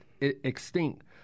extinct